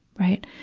right.